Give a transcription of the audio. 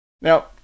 Now